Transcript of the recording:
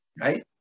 right